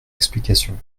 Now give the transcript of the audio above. explications